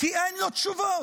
כי אין לו תשובות,